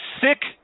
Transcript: sick